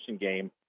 game